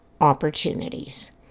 opportunities